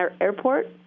airport